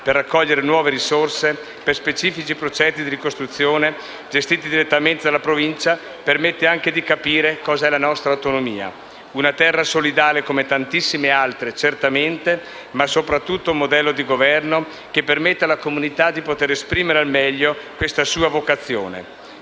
per raccogliere nuove risorse per specifici progetti di ricostruzione, gestiti direttamente dalla Provincia, permette anche di capire cos'è la nostra autonomia: una terra solidale come tantissime altre, certamente, ma soprattutto un modello di governo che permette alla comunità di poter esprimere al meglio questa sua vocazione,